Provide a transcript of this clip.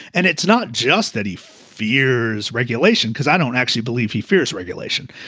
and it's not just that he fears regulation because i don't actually believe he fears regulation.